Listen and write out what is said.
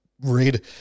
read